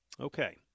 Okay